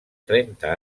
trenta